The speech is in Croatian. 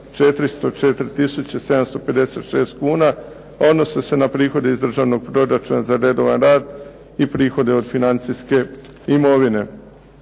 756 kuna, a odnose se na prihode iz državnog proračuna za redovan rad i prihode od financijske imovine.